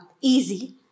easy